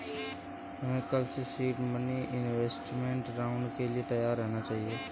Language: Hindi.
हमें कल के सीड मनी इन्वेस्टमेंट राउंड के लिए तैयार रहना चाहिए